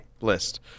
list